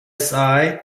rsi